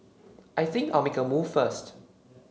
I think I'll make a move first